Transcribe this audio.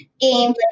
game